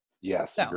yes